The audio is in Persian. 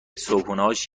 صبحونههاش